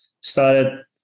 started